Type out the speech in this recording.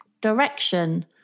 direction